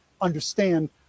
understand